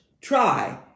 try